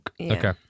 Okay